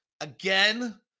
Again